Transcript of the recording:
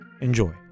Enjoy